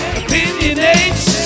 opinionates